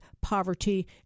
poverty